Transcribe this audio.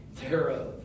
thereof